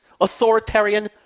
authoritarian